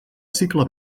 cicle